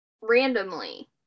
randomly